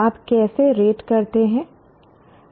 आप कैसे रेट करते हैं